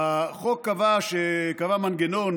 החוק קבע מנגנון